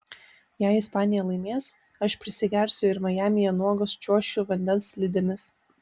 jei ispanija laimės aš prisigersiu ir majamyje nuogas čiuošiu vandens slidėmis